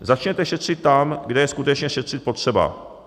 Začněte šetřit tam, kde je skutečně šetřit potřeba.